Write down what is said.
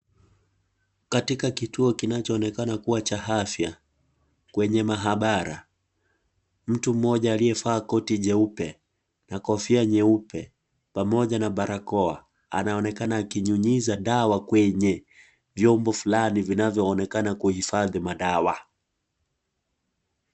Katika kituo kinachoonekana kuwa cha afya, kwenye maabara. Mtu mmoja aliyevaa koti jeupe na kofia nyeupe pamoja na barakoa. Anaonekana akinyunyiza dawa kwenye vyombo fulani vinavyoonekana kuhifadhi madawa.